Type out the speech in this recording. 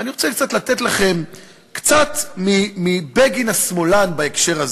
ואני רוצה קצת לתת לכם קצת מבגין השמאלן בהקשר הזה.